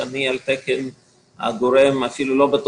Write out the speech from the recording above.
ואני לא על תקן של הגורם המגשר,